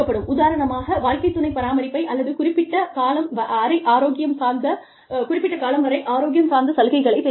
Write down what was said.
உதாரணமாக வாழ்க்கைத் துணை பராமரிப்பை அல்லது குறிப்பிட்ட காலம் அரை ஆரோக்கியம் சார்ந்த சலுகைகளை பெறுவீர்கள்